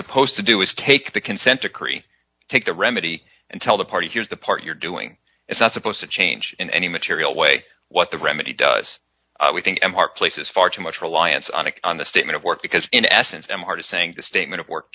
supposed to do is take the consent decree take the remedy and tell the party here's the part you're doing it's not supposed to change in any material way what the remedy does we think m r places far too much reliance on it on the statement of work because in essence them are just saying the statement o